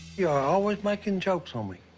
you are always making jokes on me.